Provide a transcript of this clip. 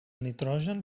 nitrogen